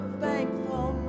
thankful